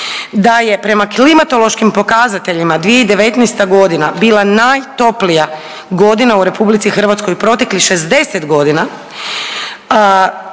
da je prema klimatološkim pokazateljima 2019. godina bila najtoplija godina u RH u proteklih 60 godina